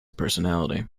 personality